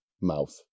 mouth